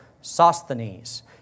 Sosthenes